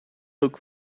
look